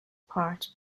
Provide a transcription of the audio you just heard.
part